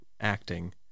acting